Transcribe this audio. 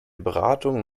beratung